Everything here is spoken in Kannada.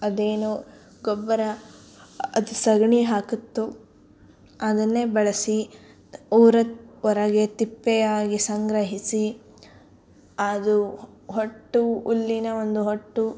ಅದೇನೋ ಗೊಬ್ಬರ ಅದು ಸಗಣಿ ಹಾಕುತ್ತೋ ಅದನ್ನೇ ಬಳಸಿ ಊರ ಹೊರಗೆ ತಿಪ್ಪೆಯ ಹಾಗೆ ಸಂಗ್ರಹಿಸಿ ಅದು ಹೊಟ್ಟು ಹುಲ್ಲಿನ ಒಂದು ಹೊಟ್ಟು